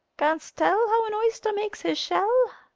canst tell how an oyster makes his shell?